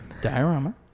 diorama